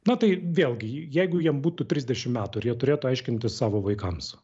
na tai vėlgi jeigu jiem būtų trisdešimt metų jie turėtų aiškinti savo vaikams